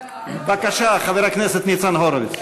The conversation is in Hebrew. בבקשה, חבר הכנסת ניצן הורוביץ.